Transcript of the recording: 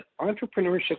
entrepreneurship